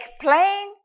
plain